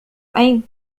أين